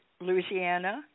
Louisiana